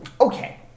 okay